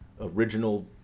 original